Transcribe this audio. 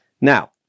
Now